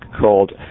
called